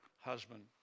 husband